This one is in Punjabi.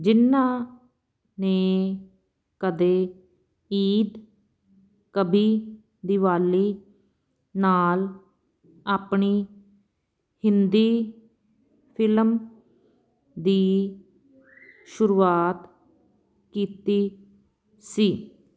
ਜਿਹਨਾਂ ਨੇ ਕਦੇ ਈਦ ਕਭੀ ਦੀਵਾਲੀ ਨਾਲ ਆਪਣੀ ਹਿੰਦੀ ਫਿਲਮ ਦੀ ਸ਼ੁਰੂਆਤ ਕੀਤੀ ਸੀ